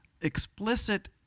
explicit